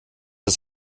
das